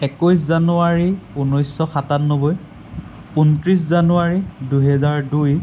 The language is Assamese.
একৈছ জানুৱাৰী ঊনৈছশ সাতান্নব্বৈ ঊনত্ৰিছ জানুৱাৰী দুহেজাৰ দুই